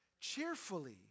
Cheerfully